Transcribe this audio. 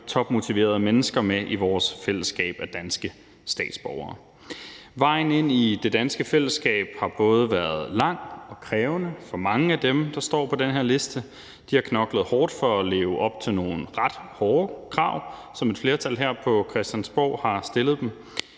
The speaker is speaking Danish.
topmotiverede mennesker med i vores fællesskab af danske statsborgere. Vejen ind i det danske fællesskab har både været lang og krævende, for mange af dem, der står på den her liste, har knoklet hårdt for at leve op til nogle ret hårde krav, som et flertal her på Christiansborg har stillet,